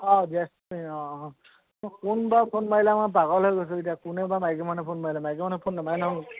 অঁ অঁ অঁ কোন বাৰু ফোন মাৰিলে মই পাগল হৈ গৈছোঁ এতিয়া কোনে বাৰু মাইকী মানুহে ফোন মাৰিলে মাইকী মানুহে ফোন নামাৰে নহয়